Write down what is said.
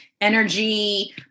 energy